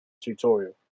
tutorial